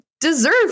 Deserve